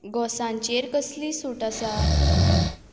घोसांचेर कसली सूट आसा